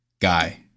guy